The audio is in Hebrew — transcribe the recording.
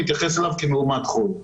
מתייחס אליו כמאומתת חו"ל.